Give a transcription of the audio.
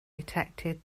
detected